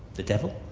the devil?